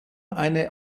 eine